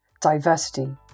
diversity